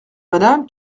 madame